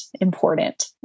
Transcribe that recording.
important